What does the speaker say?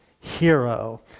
hero